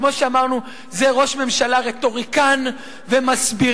וכמו שאמרנו, זה ראש ממשלה רטוריקן ומסבירן,